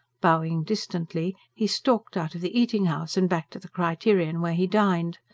bowing distantly he stalked out of the eating-house and back to the criterion, where he dined.